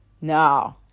no